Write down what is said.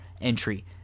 Entry